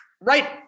right